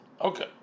Okay